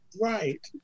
Right